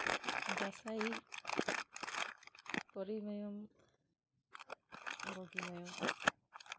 ꯕꯁꯩ ꯀꯣꯔꯤꯃꯌꯨꯝ ꯕꯣꯒꯤꯃꯌꯨꯝ